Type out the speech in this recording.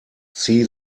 see